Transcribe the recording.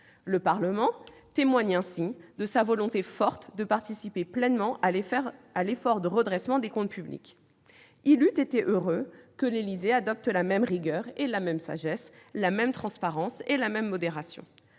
Le Parlement témoigne ainsi de sa volonté forte de participer pleinement à l'effort de redressement des comptes publics. Il eût été heureux que l'Élysée adopte la même rigueur et la même sagesse, la même transparence et la même modération.